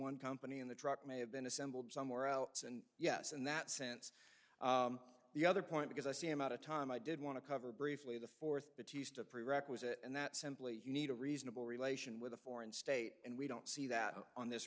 one company and the truck may have been assembled somewhere else and yes in that sense the other point because i see i'm out of time i did want to cover briefly the fourth of prerequisite and that simply you need a reasonable relation with a foreign state and we don't see that on this